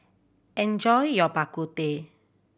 enjoy your Bak Kut Teh